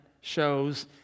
shows